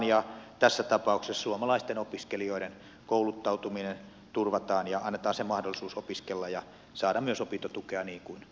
ja tässä tapauksessa suomalaisten opiskelijoiden kouluttautuminen turvataan ja annetaan se mahdollisuus opiskella ja saada myös opintotukea niin kuin